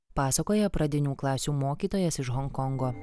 pasakoja pradinių klasių mokytojas iš honkongo